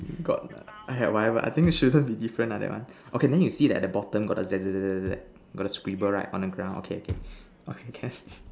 got !aiya! whatever I think shouldn't be different lah that one okay then you see at the bottom got the Z Z Z Z Z got the scribble right on the ground okay okay okay can